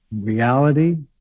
reality